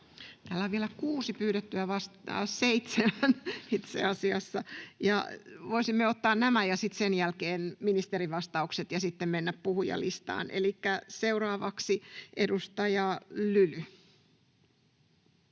Täällä on vielä kuusi pyydettyä vastauspuheenvuoroa, seitsemän itse asiassa. Voisimme ottaa nämä ja sitten sen jälkeen ministerin vastaukset ja sitten mennä puhujalistaan. — Elikkä seuraavaksi edustaja Lyly.